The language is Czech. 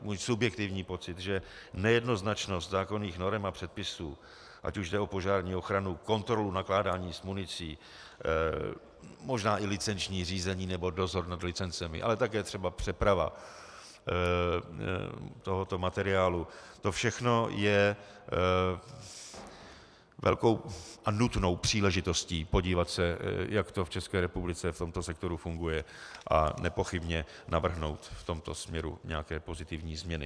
Můj subjektivní pocit, že nejednoznačnost zákonných norem a předpisů, ať už jde o požární ochranu, kontrolu nakládání s municí, možná i licenční řízení nebo dozor nad licencemi, ale také třeba přeprava tohoto materiálu, to všechno je velkou a nutnou příležitostí podívat se, jak to v České republice v tomto sektoru funguje, a nepochybně navrhnout v tomto směru nějaké pozitivní změny.